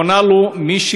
עונה לו מישהי,